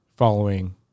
following